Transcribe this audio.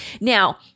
Now